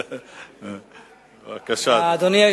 בבקשה, אדוני.